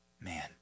man